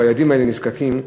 או הילדים האלה נזקקים להם,